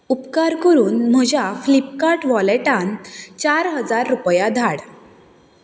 उपकार करून म्हज्या फ्लिपकाट वॉलेटान चार हजार रुपया धाड